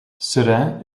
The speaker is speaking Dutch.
seraing